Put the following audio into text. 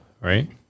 right